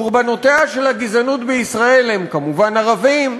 קורבנותיה של הגזענות בישראל הם כמובן ערבים,